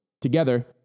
Together